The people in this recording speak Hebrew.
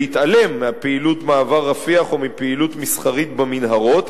בהתעלם מפעילות מעבר רפיח ומפעילות מסחרית במנהרות,